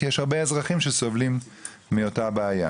כי יש הרבה אזרחים שסובלים מאותה בעיה.